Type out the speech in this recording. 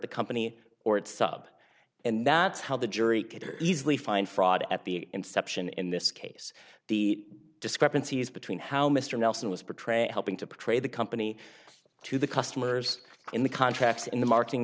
the company or its sub and that's how the jury could easily find fraud at the inception in this case the discrepancies between how mr nelson was portrayed helping to pray the company to the customers in the contracts in the marketing